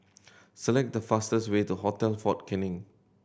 select the fastest way to Hotel Fort Canning